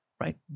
Right